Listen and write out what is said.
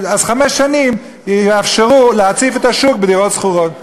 אז חמש שנים יאפשרו להציף את השוק בדירות שכורות.